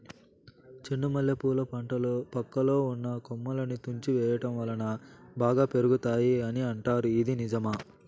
చెండు మల్లె పూల పంటలో పక్కలో ఉన్న కొమ్మలని తుంచి వేయటం వలన బాగా పెరుగుతాయి అని అంటారు ఇది నిజమా?